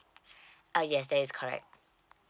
uh yes that is correct